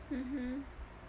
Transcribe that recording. mmhmm